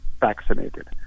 vaccinated